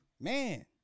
man